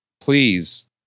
Please